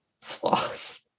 flaws